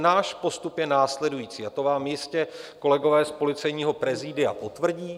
Náš postup je následující, a to vám jistě kolegové z policejního prezidia potvrdí.